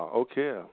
okay